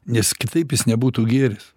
nes kitaip jis nebūtų gėris